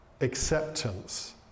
acceptance